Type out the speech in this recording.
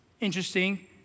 interesting